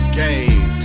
game